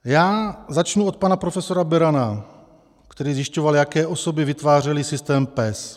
Já začnu od pana profesora Berana, který zjišťoval, jaké osoby vytvářely systém PES.